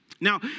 Now